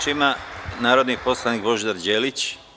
Reč ima narodni poslanik Božidar Đelić.